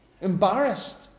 Embarrassed